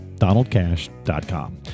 donaldcash.com